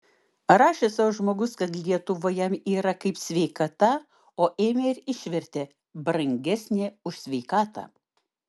rašė sau žmogus kad lietuva jam yra kaip sveikata o ėmė ir išvertė brangesnė už sveikatą